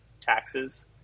taxes